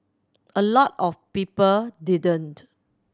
a lot of people didn't